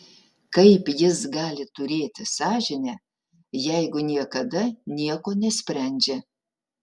kaip jis gali turėti sąžinę jeigu niekada nieko nesprendžia